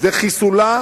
זה על הראש שלכם.